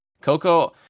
coco